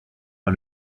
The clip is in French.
par